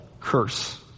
curse